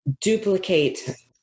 duplicate